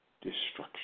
destruction